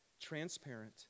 transparent